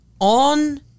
on